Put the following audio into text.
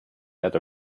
had